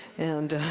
and